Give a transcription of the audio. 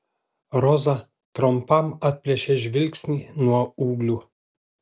roza trumpam atplėšė žvilgsnį nuo ūglių